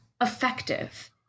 effective